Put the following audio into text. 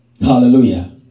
hallelujah